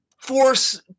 force